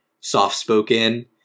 soft-spoken